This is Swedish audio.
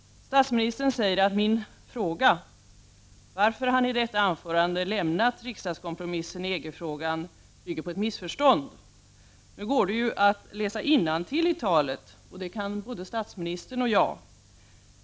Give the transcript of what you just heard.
Statsministern säger att min fråga — varför han i detta anförande lämnat riksdagskompromissen i EG-frågan — bygger på ett missförstånd. Nu går det ju att läsa innantill i talet, och det kan både statsministern och jag.